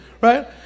right